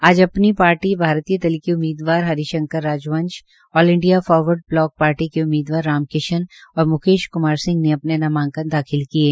आज अपनी पार्टी दल के उम्मीदवार Hari Shankar Rajvansh All India Forward Bloc Party के उम्मीदवार राम किशन और म्केश क्मार सिंह ने अपना नामांकन दाखिल किये